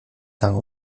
gang